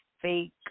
fake